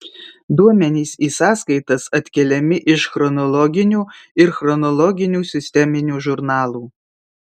duomenys į sąskaitas atkeliami iš chronologinių ir chronologinių sisteminių žurnalų